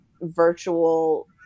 virtual